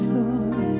Lord